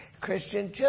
Christian